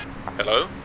Hello